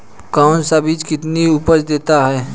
कौन सा बीज कितनी उपज देता है?